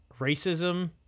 racism